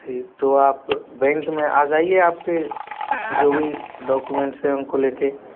फिर तो आप बैंक में आ जाइए आपके जो भी डॉक्यूमेंट्स हैं उनको लेके